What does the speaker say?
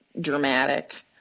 dramatic